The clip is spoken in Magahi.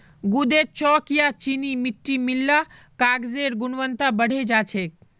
गूदेत चॉक या चीनी मिट्टी मिल ल कागजेर गुणवत्ता बढ़े जा छेक